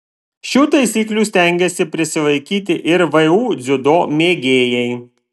šių taisyklių stengiasi prisilaikyti ir vu dziudo mėgėjai